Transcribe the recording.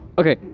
Okay